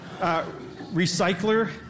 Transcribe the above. Recycler